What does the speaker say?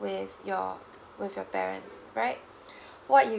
with your with your parents right what you